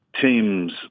teams